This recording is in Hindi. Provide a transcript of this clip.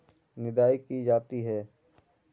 निदाई की जाती है?